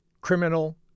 criminal